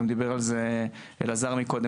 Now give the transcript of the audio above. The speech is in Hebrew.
גם דיבר על זה אלעזר מקודם,